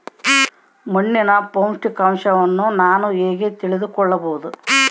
ಮಣ್ಣಿನ ಪೋಷಕಾಂಶವನ್ನು ನಾನು ಹೇಗೆ ತಿಳಿದುಕೊಳ್ಳಬಹುದು?